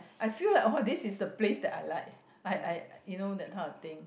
I feel like oh this is the place that I like I I you know that type of thing